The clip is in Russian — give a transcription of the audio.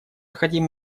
хотим